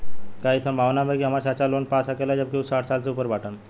का ई संभव बा कि हमार चाचा लोन पा सकेला जबकि उ साठ साल से ऊपर बाटन?